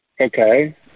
Okay